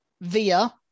Via